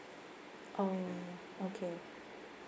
oh okay